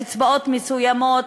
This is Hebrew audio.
קצבאות מסוימות,